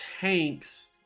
tanks